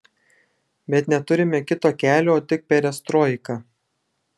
bet neturime kito kelio o tik perestroiką